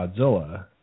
Godzilla